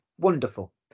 Wonderful